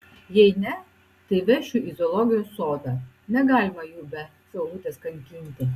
jei ne tai vešiu į zoologijos sodą negalima jų be saulutės kankinti